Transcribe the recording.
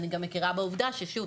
אני גם מכירה בעובדה ששוב,